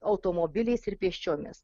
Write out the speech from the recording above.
automobiliais ir pėsčiomis